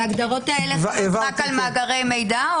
ההגדרות האלה חלות רק על מאגרי מידע?